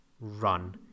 run